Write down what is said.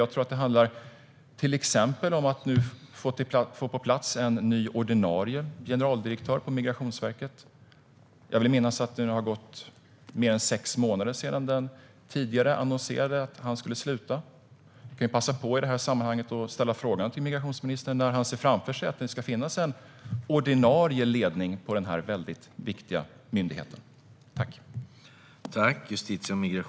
Jag tror att det till exempel handlar om att få på plats en ny ordinarie generaldirektör på Migrationsverket. Jag vill minnas att det är mer än sex månader sedan den tidigare annonserade att han skulle sluta. Jag kan i detta sammanhang passa på att fråga migrationsministern när han ser framför sig att det ska finnas en ordinarie ledning på denna väldigt viktiga myndighet.